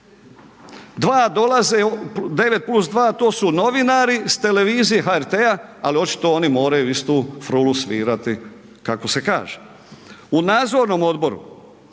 dva dolaze, 9 plus 2 to su novinari s televizije HRT-a, ali očito oni moraju istu frulu svirati kako se kaže. U nadzornom odboru